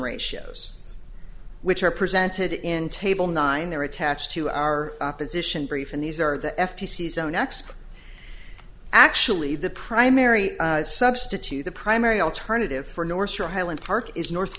ratios which are presented in table nine they're attached to our opposition brief and these are the f t c zone next actually the primary substitute the primary alternative for north shore highland park is north